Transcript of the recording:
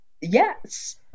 Yes